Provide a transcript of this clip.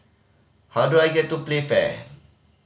how do I get to Playfair